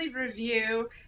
review